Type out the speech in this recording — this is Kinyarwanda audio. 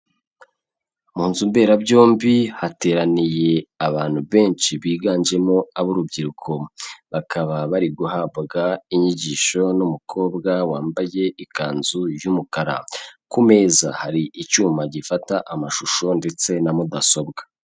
Mu nzu mberabyombi hateraniye abantu benshi biganjemo ab'urubyiruko, bakaba bari guhabwa inyigisho n'umukobwa wambaye ikanzu y'umukara. Ku meza hari icyuma gifata amashusho ndetse na mudasobwa.